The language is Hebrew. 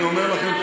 אני אומר לכם,